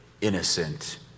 innocent